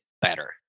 better